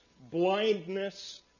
blindness